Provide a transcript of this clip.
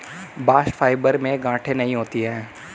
bast fibre में गांठे नहीं होती है